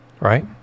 Right